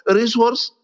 resource